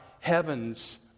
heaven's